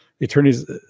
attorneys